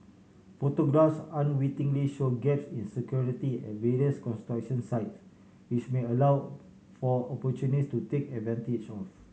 photographs unwittingly show gaps in security at various construction sites which may allow for opportunist to take advantage of